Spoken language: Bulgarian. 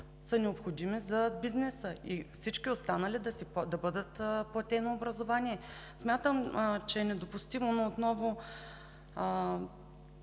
са необходими за бизнеса и всички останали да бъдат платено образование. Смятам, че е недопустимо, но отново